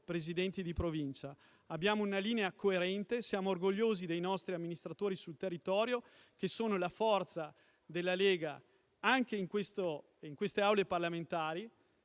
Presidenti di Provincia. Abbiamo una linea coerente. Siamo orgogliosi dei nostri amministratori sul territorio, che sono la forza della Lega anche in queste Aule parlamentari,